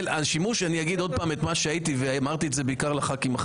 אני אומר שוב את מה שאמרתי בעיקר לחברי הכנסת החדשים.